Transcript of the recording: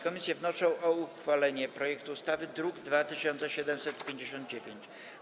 Komisje wnoszą o uchwalenie projektu ustawy, druk nr 2759.